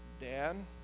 Dan